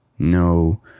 No